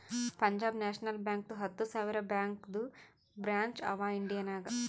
Punjab national ಬ್ಯಾಂಕ್ದು ಹತ್ತ ಸಾವಿರ ಬ್ಯಾಂಕದು ಬ್ರ್ಯಾಂಚ್ ಅವಾ ಇಂಡಿಯಾ ನಾಗ್